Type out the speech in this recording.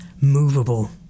movable